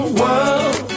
world